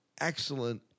excellent